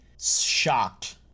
shocked